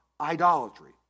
idolatry